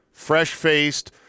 fresh-faced